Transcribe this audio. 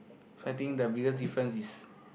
so I think the biggest difference is